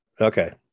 Okay